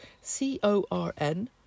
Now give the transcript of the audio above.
C-O-R-N